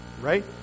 right